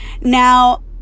Now